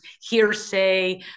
hearsay